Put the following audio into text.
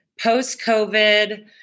post-COVID